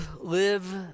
live